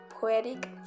poetic